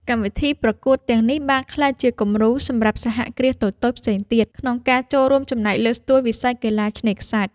កម្មវិធីប្រកួតទាំងនេះបានក្លាយជាគំរូសម្រាប់សហគ្រាសតូចៗផ្សេងទៀត ក្នុងការចូលរួមចំណែកលើកស្ទួយវិស័យកីឡាឆ្នេរខ្សាច់។